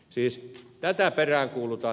siis tätä peräänkuulutan